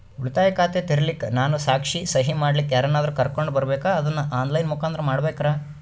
ಉಳಿತಾಯ ಖಾತ ತೆರಿಲಿಕ್ಕಾ ನಾನು ಸಾಕ್ಷಿ, ಸಹಿ ಮಾಡಲಿಕ್ಕ ಯಾರನ್ನಾದರೂ ಕರೋಕೊಂಡ್ ಬರಬೇಕಾ ಅದನ್ನು ಆನ್ ಲೈನ್ ಮುಖಾಂತ್ರ ಮಾಡಬೇಕ್ರಾ?